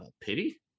Pity